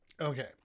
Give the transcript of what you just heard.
Okay